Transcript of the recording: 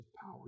power